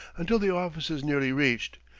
until the office is nearly reached,